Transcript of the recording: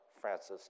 Francis